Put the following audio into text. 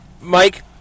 Mike